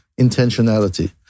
intentionality